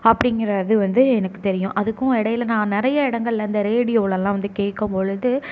அப்படிங்கிறது வந்து எனக்கு தெரியும் அதுக்கும் இடையில நான் நிறைய இடங்கள்ல இந்த ரேடியோலலாம் வந்து கேட்கும்பொழுது